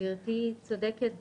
גברתי צודקת בהחלט.